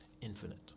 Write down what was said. infinite